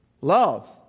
Love